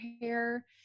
hair